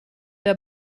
der